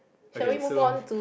okay so